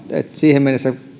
siihen mennessä